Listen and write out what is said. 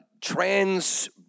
trans